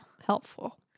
Helpful